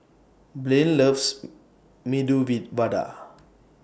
Blaine loves Medu V Vada